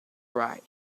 right